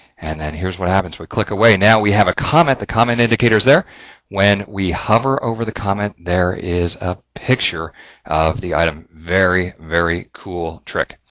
and then here's what happens we click away, now we have a comment. the comment indicators there when we hover over the comment there is a picture of the item very, very cool trick.